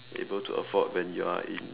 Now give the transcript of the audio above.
able to afford when you are in